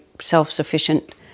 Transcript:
self-sufficient